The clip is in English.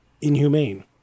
inhumane